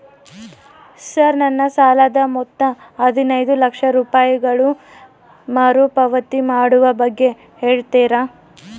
Sir ನನ್ನ ಸಾಲದ ಮೊತ್ತ ಹದಿನೈದು ಲಕ್ಷ ರೂಪಾಯಿಗಳು ಮರುಪಾವತಿ ಮಾಡುವ ಬಗ್ಗೆ ಹೇಳ್ತೇರಾ?